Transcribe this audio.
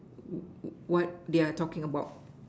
wh~ what they are talking about